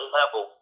level